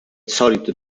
solito